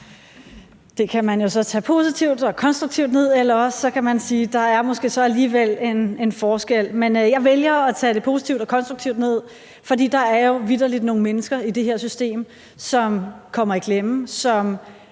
Det kan man jo så tage positivt og konstruktivt ned, eller også kan man sige, at der så måske alligevel er en forskel. Men jeg vælger at tage det positivt og konstruktivt ned, for der er jo vitterlig nogle mennesker i det her system, som kommer i klemme, og